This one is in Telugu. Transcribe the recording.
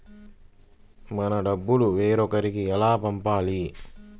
మన డబ్బులు వేరొకరికి ఎలా పంపాలి?